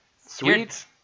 Sweet